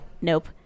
nope